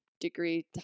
degree